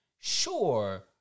Sure